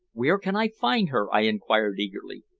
where can i find her? i inquired eagerly.